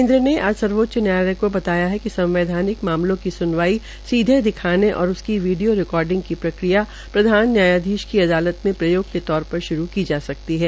केन्द्र ने आज सर्वोच्च न्यायालय को बताया कि संवैधानिक मामलों की सुनवाई सीधे दिखाने और उसकी वीडियो रिकार्डिंग की प्रक्रिया प्रधान न्यायधीश की अदालत में प्रयोग के तौर पर शुरू की जा सकती है